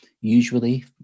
usually